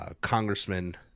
congressman